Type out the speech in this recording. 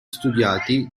studiati